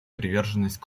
приверженность